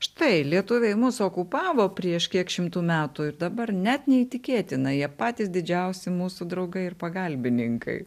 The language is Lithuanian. štai lietuviai mus okupavo prieš kiek šimtų metų ir dabar net neįtikėtina jie patys didžiausi mūsų draugai ir pagalbininkai